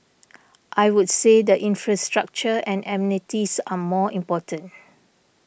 I would say the infrastructure and amenities are more important